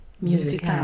music